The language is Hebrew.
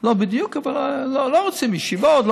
לא בדיוק, אבל לא רוצים ישיבות.